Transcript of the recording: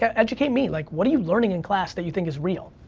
yeah educate me. like, what are you learning in class that you think is real?